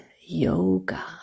Yoga